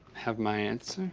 have my answer.